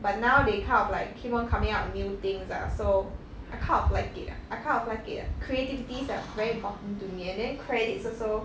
but now they kind of like keep on coming up with new things lah so I kind of like it ah I kind of like it ah creativity's ah very important to me and then credits also